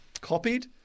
copied